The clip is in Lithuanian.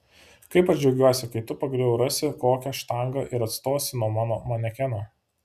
kaip aš džiaugsiuosi kai tu pagaliau rasi kokią štangą ir atstosi nuo mano manekeno